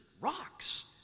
rocks